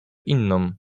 inną